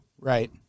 Right